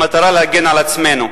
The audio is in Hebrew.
במטרה להגן על עצמנו,